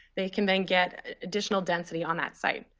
they can then get additional density on that site.